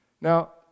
Now